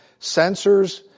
sensors